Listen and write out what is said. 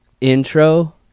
intro